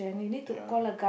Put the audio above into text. ya